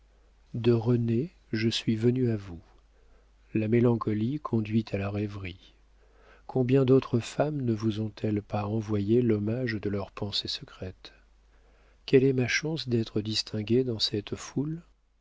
de rené je suis venue à vous la mélancolie conduit à la rêverie combien d'autres femmes ne vous ont-elles pas envoyé l'hommage de leurs pensées secrètes quelle est ma chance d'être distinguée dans cette foule